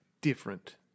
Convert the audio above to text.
different